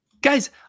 Guys